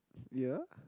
yeah